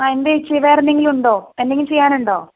ആ എന്താ ചേച്ചി വേറെയെന്തെങ്കിലുമുണ്ടോ എന്തെങ്കിലും ചെയ്യാനുണ്ടോ